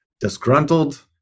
disgruntled